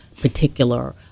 particular